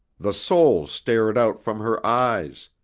the soul stared out from her eyes,